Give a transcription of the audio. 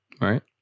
right